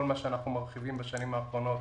כל מה שאנחנו מרחיבים בשנים האחרונות